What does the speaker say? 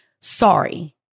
sorry